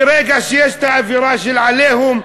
ברגע שיש אווירה של "עליהום",